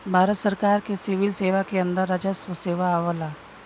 भारत सरकार के सिविल सेवा के अंदर राजस्व सेवा आवला